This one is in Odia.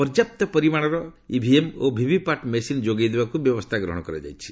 ପର୍ଯ୍ୟାପ୍ତ ପରିମାଣର ଇଭିଏମ୍ ଓ ଭିଭି ପାଟ୍ ମେସିନ୍ ଯୋଗାଇ ଦେବାକୁ ବ୍ୟବସ୍ଥା ଗ୍ରହଣ କରାଯାଇଛି